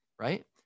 right